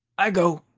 i go.